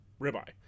ribeye